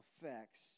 effects